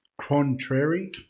contrary